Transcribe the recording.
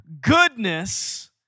goodness